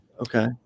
Okay